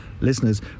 listeners